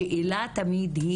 השאלה תמיד,